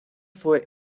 fue